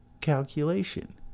calculation